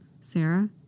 Sarah